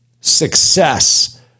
Success